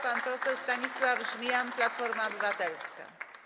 Pan poseł Stanisław Żmijan, Platforma Obywatelska.